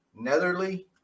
Netherly